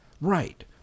Right